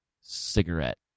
cigarette